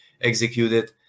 executed